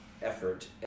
effort